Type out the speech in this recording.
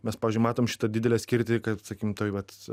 mes pavyzdžiui matom šitą didelę skirtį kad sakykim toj vat